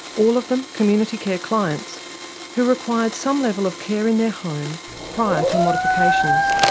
all of them community care clients who required some level of care in their home prior to modifications.